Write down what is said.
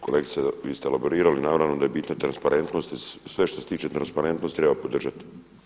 Kolegice vi ste elaborirali, naravno da je bitna transparentnost i sve što se tiče transparentnosti treba podržati.